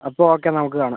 അപ്പം ഓക്കെ നമുക്ക് കാണാം